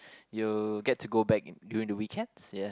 you get to go back during the weekends yeah